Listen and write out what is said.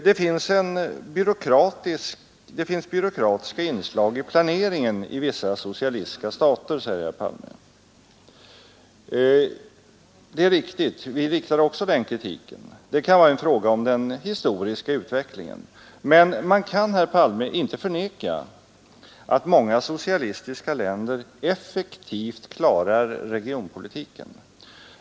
Det finns byråkratiska inslag i planeringen i vissa socialistiska stater, sade herr Palme. Det är riktigt. Vi riktar också den kritiken. Det kan vara en fråga om den historiska utvecklingen. Men man kan inte förneka, herr Palme, att många socialistiska länder klarar regionpolitiken effektivt.